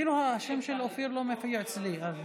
השם של אופיר אפילו לא מופיע אצלי.